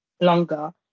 longer